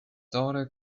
daughter